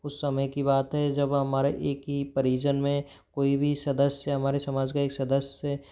उस समय की बात है जब हमारे एक ही परिजन में कोई भी सदस्य हमारे समाज का एक सदस्य